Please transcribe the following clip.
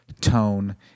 tone